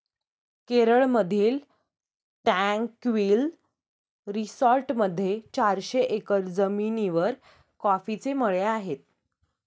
केरळमधील ट्रँक्विल रिसॉर्टमध्ये चारशे एकर जमिनीवर कॉफीचे मळे आहेत